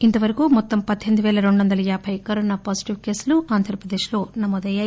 ఇంతవరకు మొత్తం పద్దెనిమిది పేల రెండు వందల యాబై కరోనా నా పాజిటివ్ కేసులు ఆంధ్రప్రదేశ్ లో నమోదయ్యాయి